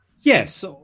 Yes